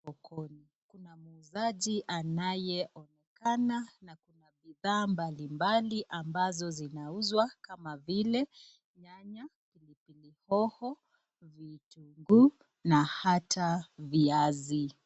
Huku kuna muuzaji anayeonekana na kuna bidhaa mbalimbali ambazo zinauzwa kama vile nyanya, pilipili hoho, vitunguu na hata viazi.